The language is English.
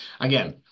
again